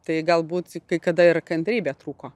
tai galbūt kai kada ir kantrybė trūko